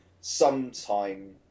sometime